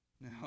Now